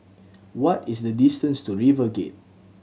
what is the distance to RiverGate